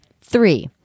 Three